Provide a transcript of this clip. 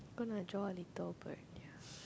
gonna draw a little bird here